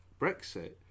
Brexit